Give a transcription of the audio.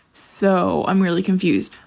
so i'm really confused.